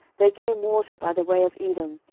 there came water by the way of edom,